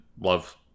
love